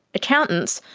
accountants,